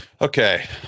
Okay